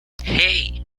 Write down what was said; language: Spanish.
hey